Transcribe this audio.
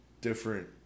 different